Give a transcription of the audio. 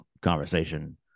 conversation